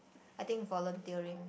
I think volunteering